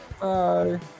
Bye